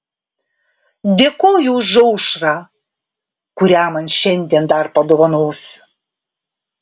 dėkoju už aušrą kurią man šiandien dar padovanosi